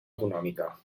econòmica